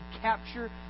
capture